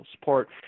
support